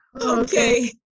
Okay